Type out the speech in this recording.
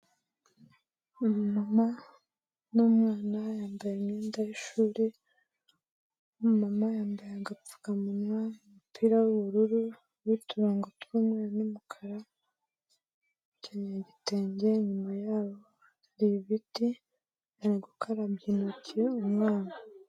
Umumama n'umwana yambaye imyenda y'ishuri, mama yambaye agapfukamunwa umupira w'ubururu n'uturongogo tw'umweru n'umukara, utunyagitenge inyuma yabo hari ibiti ari gukarabya intoki umwana.